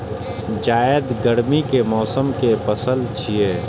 जायद गर्मी के मौसम के पसल छियै